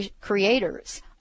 creators